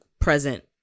present